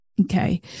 Okay